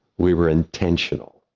we were intentional.